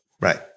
Right